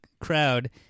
crowd